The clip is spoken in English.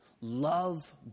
love